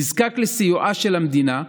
נזקק לסיועה של המדינה,